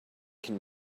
can